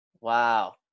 Wow